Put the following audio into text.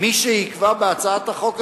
מי שיקבע בהצעת החוק הזאת,